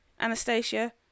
Anastasia